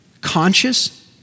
conscious